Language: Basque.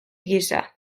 gisa